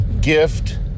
gift